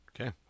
Okay